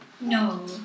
No